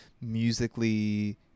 musically